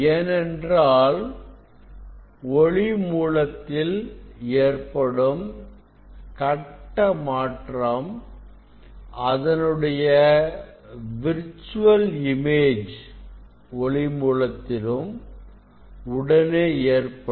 ஏனென்றால் ஒளி மூலத்தில் ஏற்படும் கட்ட மாற்றம் அதனுடைய விர்ச்சுவல் இமேஜ் ஒளி மூலத்திலும்உடனே ஏற்படும்